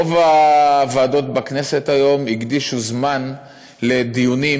רוב הוועדות בכנסת היום הקדישו זמן לדיונים